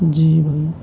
جی بھائی